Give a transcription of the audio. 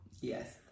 Yes